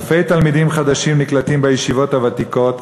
אלפי תלמידים חדשים נקלטים בישיבות הוותיקות,